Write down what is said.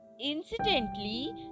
incidentally